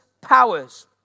powers